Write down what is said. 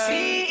See